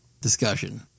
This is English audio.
discussion